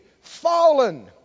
fallen